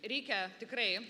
reikia tikrai